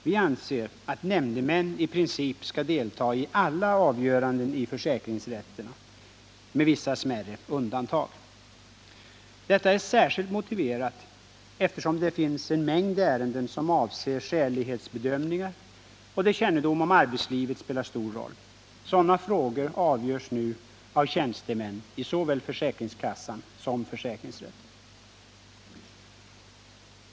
Vi anser att nämndemän i princip skall delta i alla avgöranden i försäkringsrätt, med vissa smärre undantag. Detta är särskilt motiverat med hänsyn till att det finns en mängd ärenden som avser skälighetsbedömningar och där kännedom om arbetslivet spelar stor roll. Sådana frågor avgörs nu av tjänstemän i såväl försäkringskassan som försäkringsrätt.